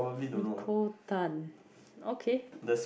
Nicole-Tan okay